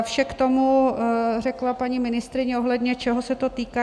Vše k tomu řekla paní ministryně, ohledně čeho se to týká.